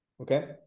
Okay